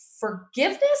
Forgiveness